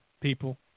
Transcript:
people